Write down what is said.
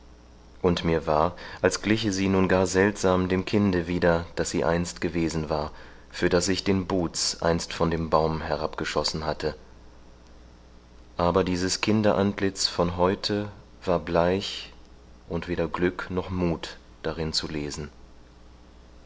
und mir war als gliche sie nun gar seltsam dem kinde wieder das sie einst gewesen war für das ich den buhz einst von dem baum herabgeschossen hatte aber dieses kinderantlitz von heute war bleich und weder glück noch muth darin zu lesen